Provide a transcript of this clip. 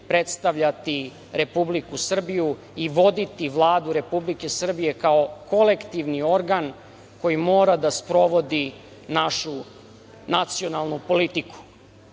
predstavljati Republiku Srbiju i voditi Vladu Republike Srbije kao kolektivni organ koji mora da sprovodi našu nacionalnu politiku. Istakao